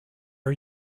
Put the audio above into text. are